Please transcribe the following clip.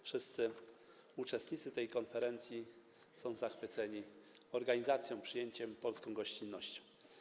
Wszyscy uczestnicy tej konferencji są zachwyceni organizacją, przyjęciem, polską gościnnością.